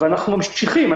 ואנחנו ממשיכים.